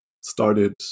started